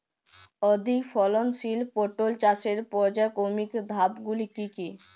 অধিক ফলনশীল পটল চাষের পর্যায়ক্রমিক ধাপগুলি কি কি?